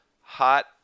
hot